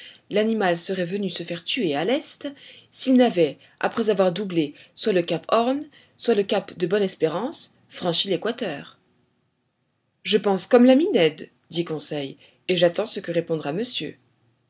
l'animal serait venu se faire tuer à l'est s'il n'avait après avoir doublé soit le cap horn soit le cap de bonne espérance franchi l'équateur je pense comme l'ami ned dit conseil et j'attends ce que répondra monsieur